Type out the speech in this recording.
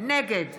נגד